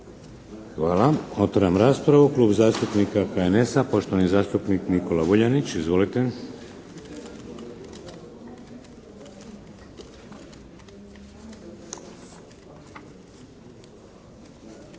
Hvala. Otvaram raspravu. Klub zastupnika HNS-a, poštovani zastupnik Nikola Vuljanić. Izvolite.